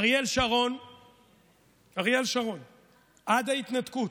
אריאל שרון עד ההתנתקות,